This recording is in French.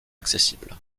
accessible